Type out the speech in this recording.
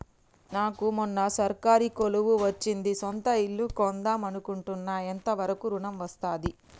నాకు మొన్న సర్కారీ కొలువు వచ్చింది సొంత ఇల్లు కొన్దాం అనుకుంటున్నా ఎంత వరకు ఋణం వస్తది?